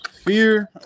Fear